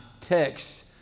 text